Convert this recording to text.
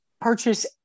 purchase